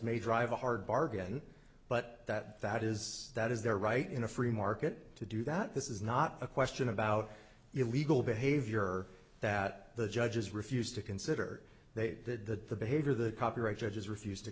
may drive a hard bargain but that that is that is their right in a free market to do that this is not a question about illegal behavior that the judges refused to consider they did that the behavior the copyright judges refused to